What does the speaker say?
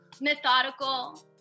Methodical